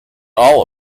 all